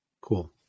Cool